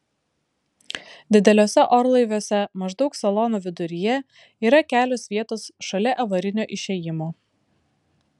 dideliuose orlaiviuose maždaug salono viduryje yra kelios vietos šalia avarinio išėjimo